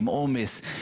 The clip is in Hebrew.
עם עומס,